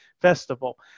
festival